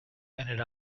ended